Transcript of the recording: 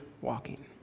walking